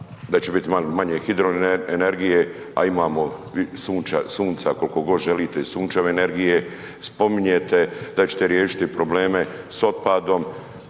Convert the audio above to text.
da će biti manje hidroenergije, a imamo sunca koliko god želite i sunčeve energije, spominjete da ćete riješiti probleme s otpadom